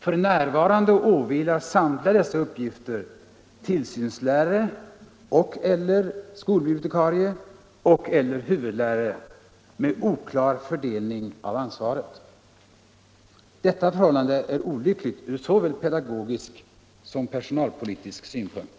F.n. åvilar samtliga dessa uppgifter tillsynslärare och eller huvudlärare med oklar fördelning av ansvaret. Detta förhållande är olyckligt ur såväl pedagogisk som personalpolitisk synpunkt.